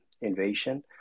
invasion